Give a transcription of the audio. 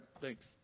thanks